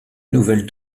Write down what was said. nouvelles